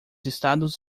estados